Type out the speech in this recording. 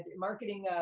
marketing,